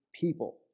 people